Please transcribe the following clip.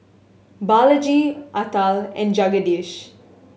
Balaji Atal and Jagadish